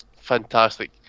fantastic